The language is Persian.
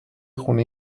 خونه